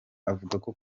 avuga